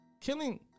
killing